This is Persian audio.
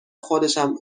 خودشم